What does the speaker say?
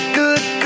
good